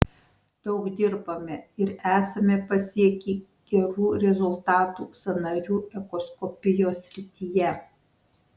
daug dirbame ir esame pasiekę gerų rezultatų sąnarių echoskopijos srityje